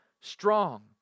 strong